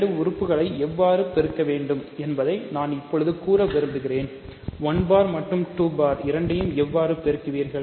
இரண்டு உறுப்புக்களை எவ்வாறு பெருக்க வேண்டும் என்பதை நான் இப்பொழுது கூற விரும்புகிறேன் 1 பார் மற்றும் 2 பார் இரண்டையும் எவ்வாறு பெருக்குவீர்கள்